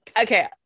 Okay